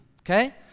okay